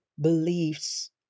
beliefs